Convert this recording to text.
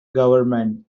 government